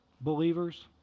Believers